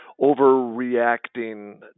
overreacting